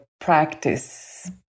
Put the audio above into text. practice